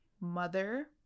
mother